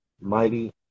Mighty